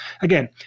Again